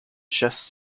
chess